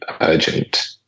urgent